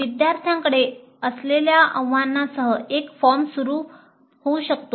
विद्यार्थ्यांकडे असलेल्या आवाहनासह हा फॉर्म सुरू होऊ शकतो